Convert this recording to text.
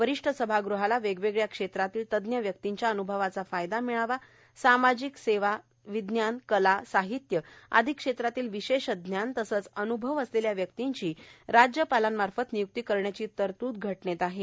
वरिष्ठ सभागृहाला वेगवेगळ्या क्षेत्रांतल्या तज्ज्ञ व्यक्तींच्या अन्भवाचा फायदा मिळावा सामाजिक सेवा विज्ञान कला साहित्य आदी क्षेत्रांतलं विशेष ज्ञान तसंच अन्भव असलेल्या व्यक्तींची राज्यपालांमार्फत निय्क्ती करण्याची तरतूद घटनेत आहे